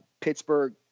Pittsburgh